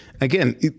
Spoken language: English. Again